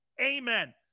Amen